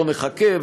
בואו נחכה,